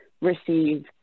receive